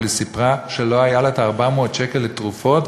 אבל היא סיפרה שלא היה לה 400 שקל לתרופות,